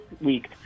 week